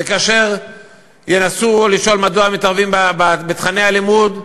וכאשר ינסו לשאול מדוע מתערבים בתוכני הלימוד,